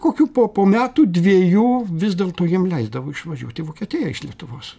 kokių po po metų dviejų vis dėlto jiem leisdavo išvažiuot į vokietiją iš lietuvos